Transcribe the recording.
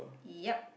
ya